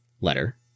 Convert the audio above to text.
letter